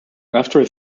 after